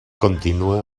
continue